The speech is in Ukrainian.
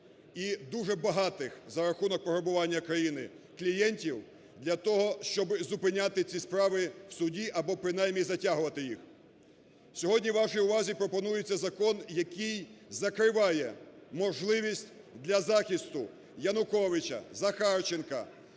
і дуже багатих, за рахунок пограбування країни, клієнтів для того, щоб зупиняти ці справи в суді або принаймні затягувати їх. Сьогодні вашій увазі пропонується закон, який закриває можливість для захисту Януковича, Захарченка